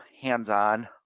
hands-on